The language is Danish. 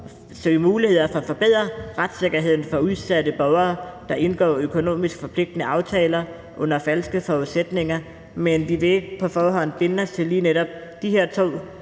søge muligheder for at forbedre retssikkerheden for udsatte borgere, der indgår økonomisk forpligtende aftaler under falske forudsætninger. Men vi vil ikke på forhånd binde os til lige netop de her to